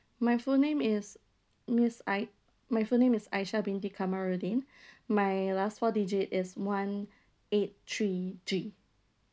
my full name is miss ai~ my full name is aisha binti kamarudin my last four digit is one eight three three